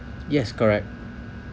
yes correct